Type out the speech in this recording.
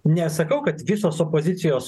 nesakau kad visos opozicijos